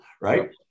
right